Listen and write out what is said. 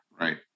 Right